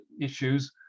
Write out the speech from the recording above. issues